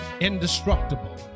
indestructible